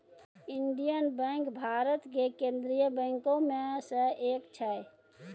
Indian bank भारत के केन्द्रीय बैंको मे से एक छै